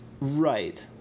Right